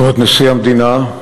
כבוד נשיא המדינה,